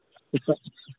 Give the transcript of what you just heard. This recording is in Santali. ᱛᱤᱥᱚᱜ